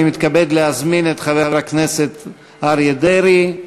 אני מתכבד להזמין את חבר הכנסת אריה דרעי.